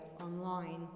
online